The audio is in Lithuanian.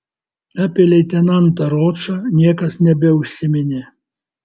apie leitenantą ročą niekas nebeužsiminė